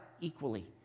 equally